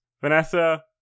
Vanessa